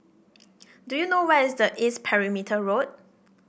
do you know where is the East Perimeter Road